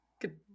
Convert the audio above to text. Good